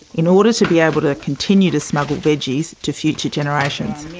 in order to be able to continue to smuggle veggies to future generations.